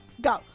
Go